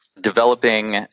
developing